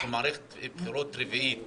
אנחנו במערכת בחירות רביעית,